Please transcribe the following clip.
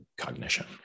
cognition